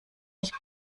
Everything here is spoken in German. ich